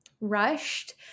rushed